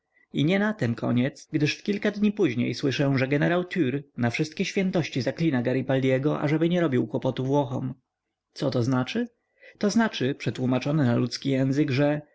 i nie na tem koniec gdyż w kilka dni później słyszę że generał trr na wszystkie świętości zaklina garibaldiego ażeby nie robił kłopotu włochom co to znaczy to znaczy przetłómaczone na ludzki język że